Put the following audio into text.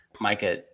Micah